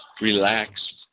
relaxed